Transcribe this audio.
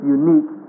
unique